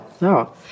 no